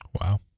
Wow